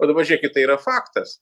o dabar žiūrėkit tai yra faktas